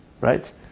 Right